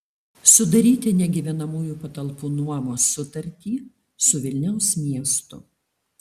sudaryti negyvenamųjų patalpų nuomos sutartį su vilniaus miestu